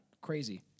Crazy